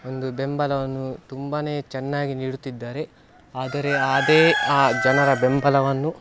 ಒಂದು ಬೆಂಬಲವನ್ನು ತುಂಬ ಚೆನ್ನಾಗಿ ನೀಡುತ್ತಿದ್ದಾರೆ ಆದರೆ ಅದೇ ಆ ಜನರ ಬೆಂಬಲವನ್ನು